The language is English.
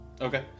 Okay